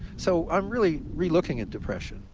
so i'm really relooking at depression,